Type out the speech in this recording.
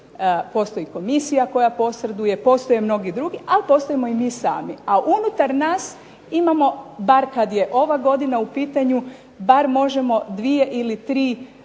postoji komisija koja posreduje, postoje mnogi drugi ali postojimo i mi sami, a unutar nas imamo, bar kada je ova godina u pitanju, bar možemo 2 ili 3 skupine